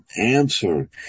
answer